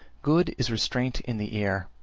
good is restraint in the ear,